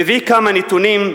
אני מביא כמה נתונים,